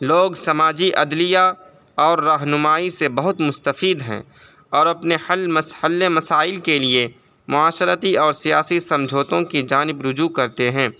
لوگ سماجی عدلیہ اور رہنمائی سے بہت مستفید ہیں اور اپنے حل حل مسائل کے لیے معاشرتی اور سیاسی سمجھوتوں کی جانب رجوع کرتے ہیں